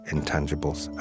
Intangibles